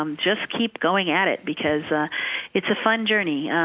um just keep going at it, because it's a fun journey.